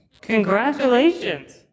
congratulations